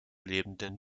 lebenden